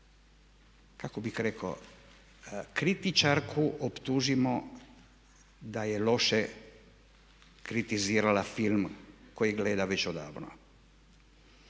kako bih rekao kritičarku optužimo da je loše kritizirala film koji gleda već odavno.